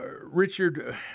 Richard